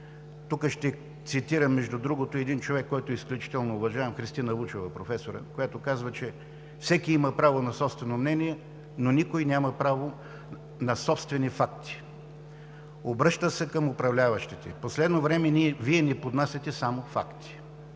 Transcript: тук ще цитирам, между другото, един човек, когото изключително уважавам, професор Христина Вучева, която казва: „Всеки има право на собствено мнение, но никой няма право на собствени факти“ – обръща се към управляващите. В последно време Вие ни поднасяте само факти.